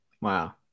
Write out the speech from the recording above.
wow